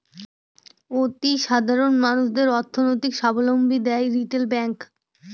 অতি সাধারণ মানুষদের অর্থনৈতিক সাবলম্বী দেয় রিটেল ব্যাঙ্ক